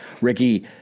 Ricky